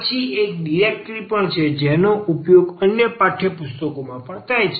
પછી એક ડિરેક્ટરી પણ છે જેનો ઉપયોગ અનેક પાઠ્યપુસ્તકોમાં થાય છે